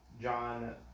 John